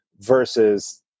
versus